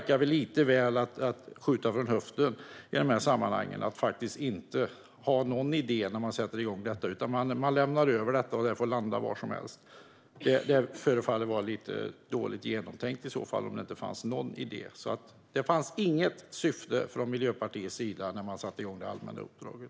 Det är lite som att skjuta från höften i de här sammanhangen att inte ha någon idé när man sätter igång det. Man lämnar över det, och det får landa var som helst. Det förefaller att vara lite dåligt genomtänkt om det inte fanns någon idé. Det fanns inget syfte från Miljöpartiets sida när man satte igång det.